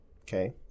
Okay